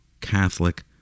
Catholic